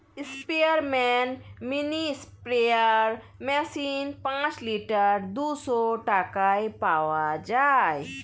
স্পেয়ারম্যান mini sprayer machine পাঁচ litre দুইশো টাকায় পাওয়া যায়